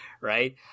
right